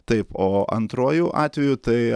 taip o antruoju atveju tai